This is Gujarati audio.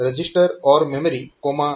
તો આ ઇમીજીએટ મોડ છે